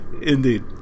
Indeed